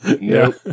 Nope